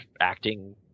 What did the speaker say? acting